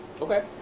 Okay